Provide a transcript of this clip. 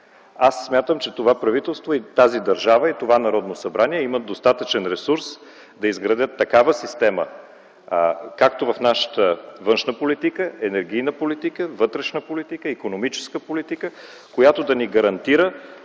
Аз смятам, че това правителство и тази държава, и това Народно събрание имат достатъчен ресурс да изградят такава система в нашата външна политика, енергийна политика, вътрешна политика, икономическа политика, която да ни гарантира